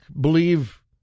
believe